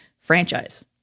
franchise